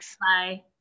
Bye